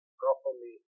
properly